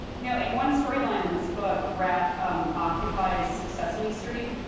now, in one story line in the book, rat um occupies sesame street,